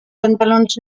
pantalons